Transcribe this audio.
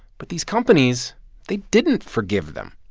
but these companies they didn't forgive them,